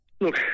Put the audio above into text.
Look